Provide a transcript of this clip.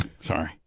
Sorry